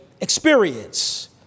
experience